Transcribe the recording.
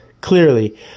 Clearly